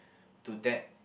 to that